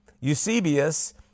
Eusebius